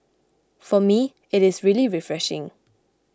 for me it is really refreshing